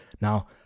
Now